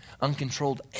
uncontrolled